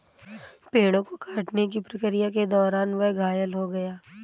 पेड़ों को काटने की प्रक्रिया के दौरान वह घायल हो गया